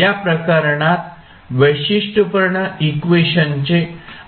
या प्रकरणात वैशिष्ट्यपूर्ण इक्वेशनचे